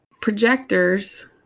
projectors